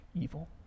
evil